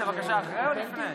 בעד אופיר אקוניס,